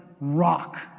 rock